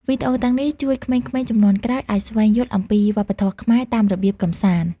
វីដេអូទាំងនេះជួយក្មេងៗជំនាន់ក្រោយឱ្យស្វែងយល់អំពីវប្បធម៌ខ្មែរតាមរបៀបកម្សាន្ត។